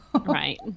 Right